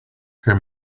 her